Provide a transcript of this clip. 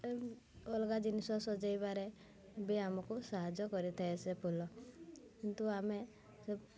ଅଲଗା ଜିନିଷ ସଜେଇବାରେ ବି ଆମକୁ ସାହାଯ୍ୟ କରିଥାଏ ସେ ଫୁଲ କିନ୍ତୁ ଆମେ